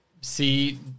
see